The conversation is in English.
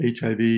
HIV